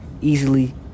easily